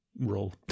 roll